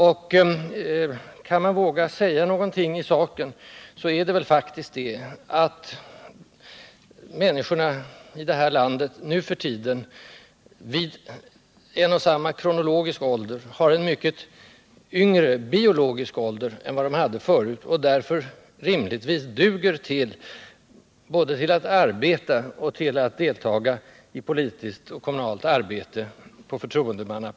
Skall man våga säga något i sakfrågan, så skulle det vara att människorna här i landet nu för tiden har en mycket lägre biologisk ålder vid en och samma kronologiska ålder än vad de tidigare hade och därför rimligtvis längre duger både till arbeta och till att delta i politiskt arbete och väljas till förtroendeposter.